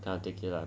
cannot take it lah